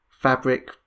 fabric